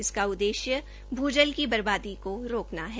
इसका उददेश्य भू जल की बर्बादी को रोकना है